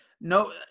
no